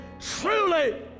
truly